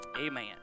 Amen